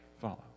Follow